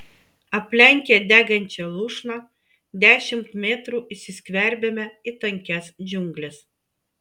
aplenkę degančią lūšną dešimt metrų įsiskverbėme į tankias džiungles